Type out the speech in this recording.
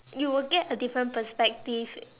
you will get a different perspective